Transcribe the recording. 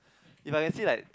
if I can see like